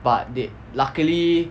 but they luckily